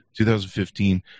2015